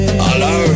Hello